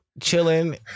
chilling